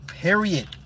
Period